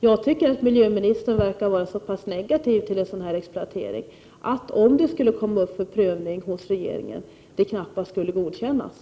Jag tycker att miljöministern verkar vara så negativ till en sådan exploatering att projektet knappast skulle godkännas om det skulle komma upp till prövning hos regeringen.